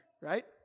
right